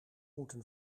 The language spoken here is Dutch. moeten